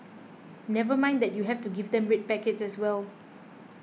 never mind that you have to give them red packets as well